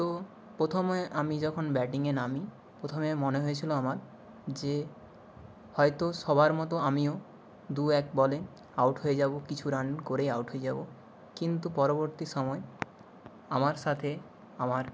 তো প্রথমে আমি যখন ব্যাটিংয়ে নামি প্রথমে মনে হয়েছিলো আমার যে হয়তো সবার মতো আমিও দু এক বলে আউট হয়ে যাবো কিছু রান করেই আউট হয়ে যাবো কিন্তু পরবর্তী সময় আমার সাথে আমার